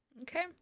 okay